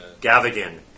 Gavigan